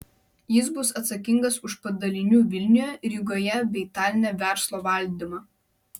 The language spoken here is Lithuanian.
jis bus atsakingas už padalinių vilniuje rygoje bei taline verslo valdymą